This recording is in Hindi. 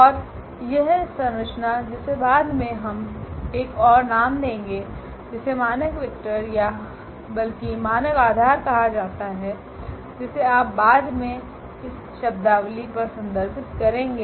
और यह संरचना जिसे बाद में हम एक और नाम देगे जिसे मानक वेक्टर या बल्कि मानक आधार कहा जाता है जिसे आप बाद में इस शब्दावली पर संदर्भित करेंगे